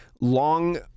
long